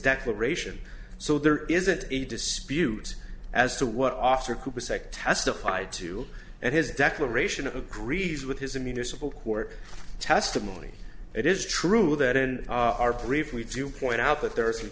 declaration so there isn't a dispute as to what officer cooper sec testified to and his declaration of agrees with his a municipal court testimony it is true that in our brief we've you point out that ther